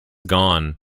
gone